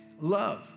love